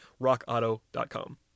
RockAuto.com